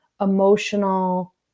emotional